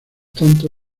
tanto